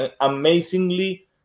amazingly